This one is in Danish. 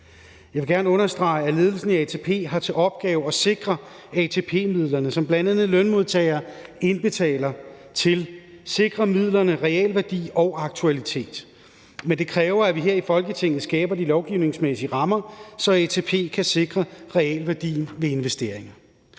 Jeg vil gerne understrege, at ledelsen i ATP har til opgave at sikre ATP-midlerne, som bl.a. lønmodtagere indbetaler til, realværdi og aktualitet. Men det kræver, at vi her i Folketinget skaber de lovgivningsmæssige rammer, så ATP kan sikre realværdien ved investeringer.